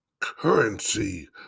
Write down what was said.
currency